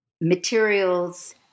materials